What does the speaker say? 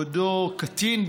בעודו קצין,